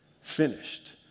Finished